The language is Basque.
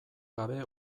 gabe